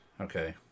Okay